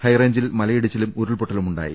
ഹൈറേഞ്ചിൽ മലയിടി ച്ചിലും ഉരുൾപൊട്ടലുമുണ്ടായി